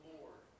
Lord